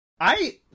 I-